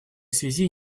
связи